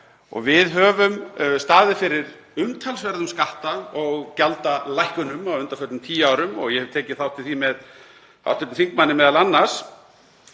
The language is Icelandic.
Við höfum staðið fyrir umtalsverðum skatta- og gjaldalækkunum á undanförnum tíu árum og ég hef tekið þátt í því með hv. þingmanni m.a. að